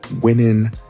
winning